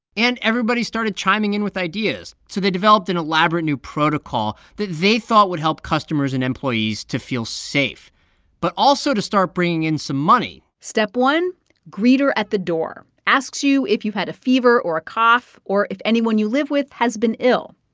and everybody started chiming in with ideas, so they developed an elaborate new protocol that they thought would help customers and employees to feel safe but also to start bringing in some money step one greeter at the door asks you if you had a fever or a cough or if anyone you live with has been ill.